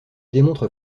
démontre